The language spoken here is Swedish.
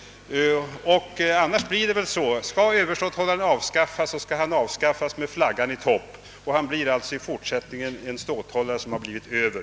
Skall överståthållaren avskaffas, bör han avskaffas med flaggan i topp. Han blir tydligen i fortsättningen endast en ståthållare som blivit över.